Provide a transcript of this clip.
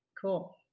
Cool